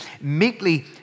meekly